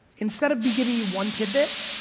instead of me giving you one tid-bit,